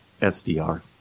SDR